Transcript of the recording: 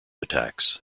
attacks